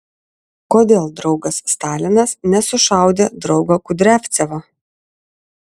kodėl draugas stalinas nesušaudė draugo kudriavcevo